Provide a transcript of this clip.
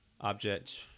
object